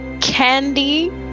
candy